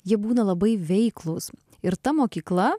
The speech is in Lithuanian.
jie būna labai veiklūs ir ta mokykla